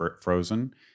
frozen